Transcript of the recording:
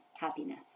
happiness